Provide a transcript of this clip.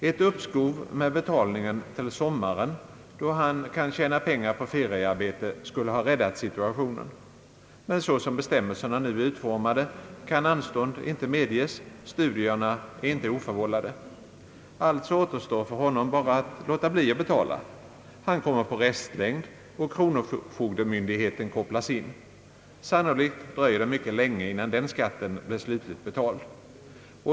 Ett uppskov med betalningen till sommaren, då han kan tjäna pengar på feriearbete, skulle ha räddat situationen. Men som bestämmelserna nu är utformade kan anstånd inte medges — studierna är inte oförvållade. Alltså återstår för honom bara att låta bli att betala. Han kommer på restlängd, och kronofogdemyndigheten kopplas in. Sannolikt dröjer det mycket länge innan den skatten blir slutligt betald.